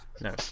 No